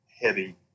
heavy